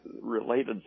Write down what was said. related